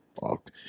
fuck